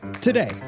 Today